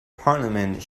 parliament